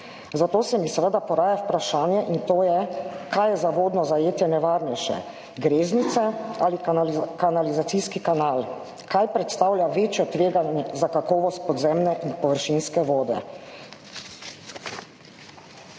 zato se mi seveda poraja vprašanje in to je, kaj je za vodno zajetje nevarnejše, greznice ali kanalizacijski kanal. Kaj predstavlja večje tveganje za kakovost podzemne in površinske vode?